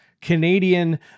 Canadian